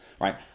right